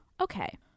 Okay